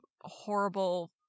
horrible